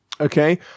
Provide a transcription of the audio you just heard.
Okay